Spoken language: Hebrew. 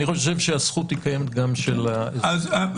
אני חושב שהזכות היא קיימת, גם של האזרחים.